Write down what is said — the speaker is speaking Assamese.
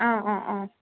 অঁ অঁ অঁ